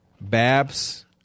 Babs